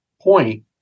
point